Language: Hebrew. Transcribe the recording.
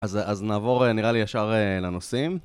אז אז נעבור נראה לי ישר לנושאים.